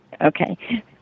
Okay